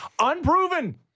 unproven